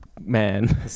Man